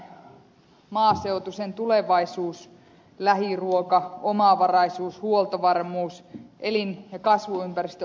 suomalainen maaseutu sen tulevaisuus lähiruoka omavaraisuus huoltovarmuus elin ja kasvuympäristön arvostaminen